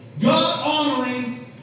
God-honoring